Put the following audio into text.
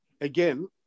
again